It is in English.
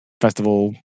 festival